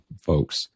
folks